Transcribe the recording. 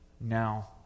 now